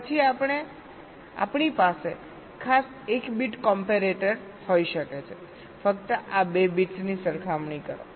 પછી આપણી પાસે ખાસ એક બીટ કોમ્પેરેટર હોઈ શકે છે ફક્ત આ 2 બિટ્સની સરખામણી કરો